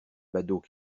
badauds